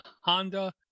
Honda